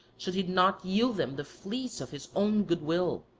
should he not yield them the fleece of his own goodwill.